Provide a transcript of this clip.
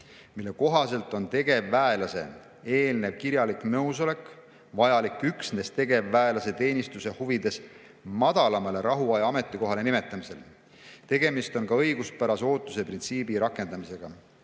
mille kohaselt on tegevväelase eelnev kirjalik nõusolek vajalik üksnes tegevväelase teenistuse huvides madalamale rahuaja ametikohale nimetamisel. Tegemist on ka õiguspärase ootuse printsiibi rakendamisega.